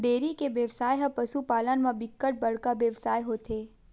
dairy के बेवसाय ह पसु पालन म बिकट बड़का बेवसाय होथे